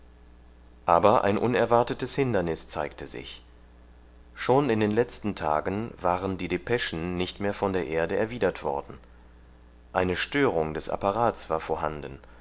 aber ein unerwartetes hindernis zeigte sich schon in den letzten tagen waren die depeschen nicht mehr von der erde erwidert worden eine störung des apparats war vorhanden